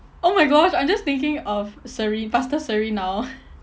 oh my gosh I'm just thinking of serene pastor serene now